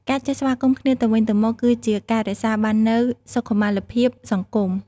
ការចេះស្វាគមន៍គ្នាទៅវិញទៅមកគឺជាការរក្សាបាននូវសុខុមាលភាពសង្គម។